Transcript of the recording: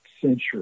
century